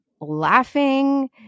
laughing